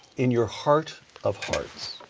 in your heart of hearts,